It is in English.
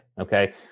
Okay